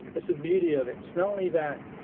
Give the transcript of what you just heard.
that's the beauty of it. not only that,